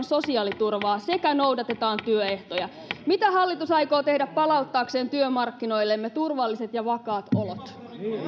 sosiaaliturvaa sekä noudatetaan työehtoja mitä hallitus aikoo tehdä palauttaakseen työmarkkinoillemme turvalliset ja vakaat olot